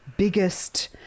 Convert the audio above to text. Biggest